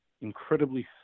incredibly